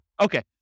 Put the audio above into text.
Okay